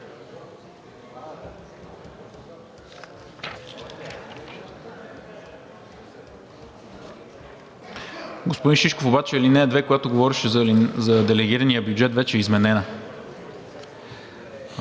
Господин Шишков, обаче ал. 2, която говореше за делегирания бюджет, вече е изменена.